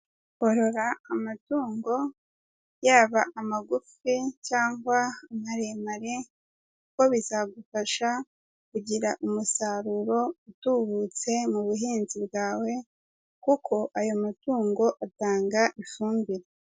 Orora amatungo, yaba amagufi cyangwa amaremare kuko bizagufasha kugira umusaruro utubutse mu buhinzi bwawe kuko ayo matungo atanga ifumbire.